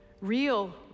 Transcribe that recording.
Real